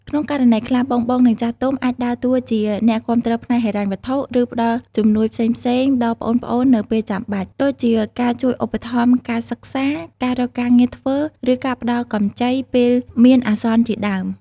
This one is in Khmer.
ក្នុងករណីខ្លះ បងៗ និងចាស់ទុំ អាចដើរតួជា អ្នកគាំទ្រផ្នែកហិរញ្ញវត្ថុ ឬផ្ដល់ជំនួយផ្សេងៗដល់ប្អូនៗនៅពេលចាំបាច់ ដូចជាការជួយឧបត្ថម្ភការសិក្សា ការរកការងារធ្វើ ឬការផ្ដល់កម្ចីពេលមានអាសន្នជាដើម។